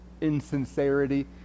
insincerity